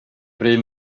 bryr